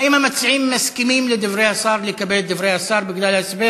האם המציעים מסכימים לקבל את דברי השר בגלל ההסבר